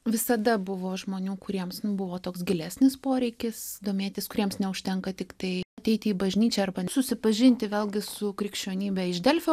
visada buvo žmonių kuriems nu buvo toks gilesnis poreikis domėtis kuriems neužtenka tiktai ateiti į bažnyčią arba susipažinti vėlgi su krikščionybe iš delfio